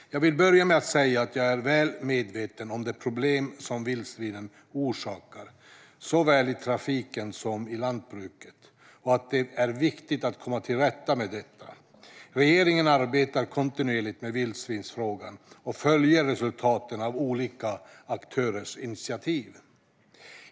Jag vill börja med att säga att jag är väl medveten om de problem som vildsvinen orsakar, såväl i trafiken som i lantbruket, och att det är viktigt att komma till rätta med detta. Regeringen arbetar kontinuerligt med vildsvinsfrågan och följer resultaten av olika aktörers initiativ.